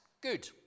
good